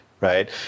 right